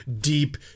deep